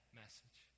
message